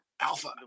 Alpha